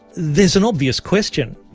there's an obvious question.